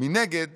מנגד